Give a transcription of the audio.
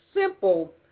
simple